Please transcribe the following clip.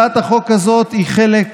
הצעת החוק הזאת היא חלק